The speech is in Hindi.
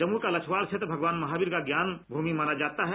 जमुई के लछवार क्षेत्र का भगवान महावीर की ज्ञान भूमि माना जाता है